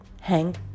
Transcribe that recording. Hang